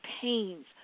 pains